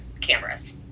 cameras